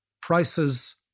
prices